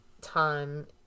time